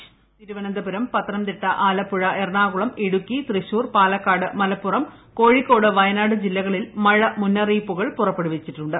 voice Thiruvananthapuram Pathanamthitta Alappuzha Ernakulam Idukki Thrissur Palakkad Malappuram Kozhikode Wayanad ജില്ലകളിൽ മഴ മുന്നറിയിപ്പുകൾ പുറപ്പെടുവിച്ചിട്ടുണ്ട്